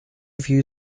view